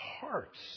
hearts